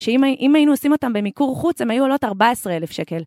שאם היינו עושים אותם במיקור חוץ, הם היו עולות 14,000 שקל.